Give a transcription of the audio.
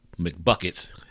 McBuckets